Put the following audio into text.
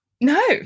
No